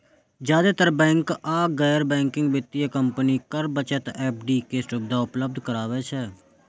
जादेतर बैंक आ गैर बैंकिंग वित्तीय कंपनी कर बचत एफ.डी के सुविधा उपलब्ध कराबै छै